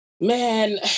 Man